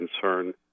concern